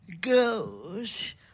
girls